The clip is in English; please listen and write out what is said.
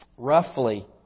Roughly